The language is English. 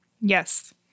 yes